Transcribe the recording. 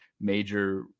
major